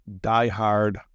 diehard